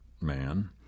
man